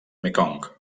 mekong